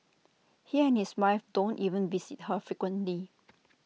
he and his wife don't even visit her frequently